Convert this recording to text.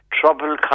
trouble